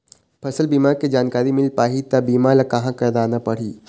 फसल बीमा के जानकारी मिल पाही ता बीमा ला कहां करना पढ़ी?